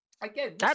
Again